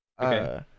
Okay